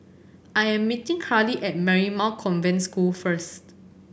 I am meeting Karli at Marymount Convent School first